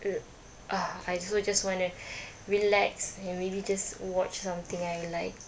uh ah I also just want to relax and really just watch something I like